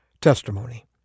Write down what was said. testimony